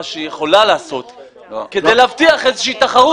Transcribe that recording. שהיא יכולה לעשות כדי להבטיח איזושהי תחרות.